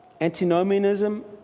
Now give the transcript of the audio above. Antinomianism